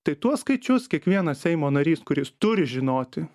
tai tuos skaičius kiekvienas seimo narys kuris turi žinoti